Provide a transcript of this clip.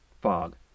FOG